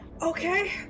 Okay